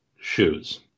shoes